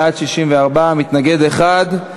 בעד 64, מתנגד אחד.